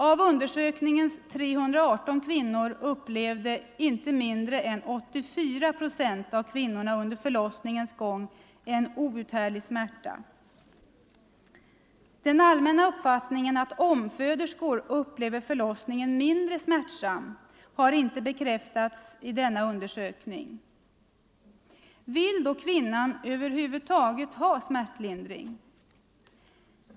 Av undersökningens 318 kvinnor upplevde inte mindre än 84 procent av kvinnorna under förlossningens gång en outhärdlig smärta. Den allmänna uppfattningen att omföderskor upplever förlossningen som mindre smärtsam har inte bekräftats i denna undersökning. — Vill kvinnan över huvud taget ha smärtlindring?